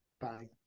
Bye